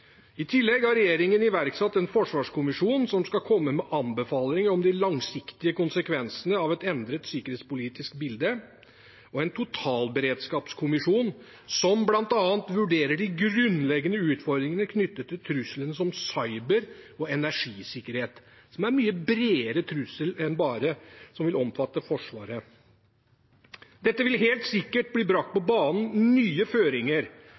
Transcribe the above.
I tillegg har regjeringen iverksatt en forsvarskommisjon som skal komme med anbefalinger om de langsiktige konsekvensene av et endret sikkerhetspolitisk bilde, og en totalberedskapskommisjon som bl.a. vurderer de grunnleggende utfordringene knyttet til truslene som cyber og energisikkerhet, som er en mye bredere trussel enn bare det som vil omfatte Forsvaret. Dette vil helt sikkert blir brakt på banen, nye føringer